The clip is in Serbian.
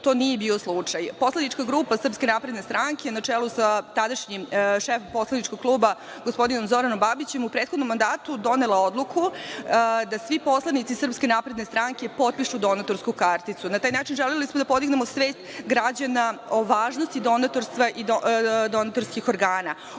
to nije bio slučaj. Poslanička grupa SNS, na čelu sa tadašnjim šefom poslaničkog kluba, gospodinom Zoranom Babićem, u prethodnom mandatu donela je odluku da svi poslanici SNS potpišu dontatorsku karticu. Na taj način želeli smo da podignemo svest građana o važnosti donatorstva i donatorskih organa.